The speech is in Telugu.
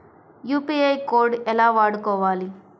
యూ.పీ.ఐ కోడ్ ఎలా వాడుకోవాలి?